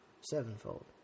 Sevenfold